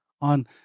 on